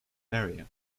area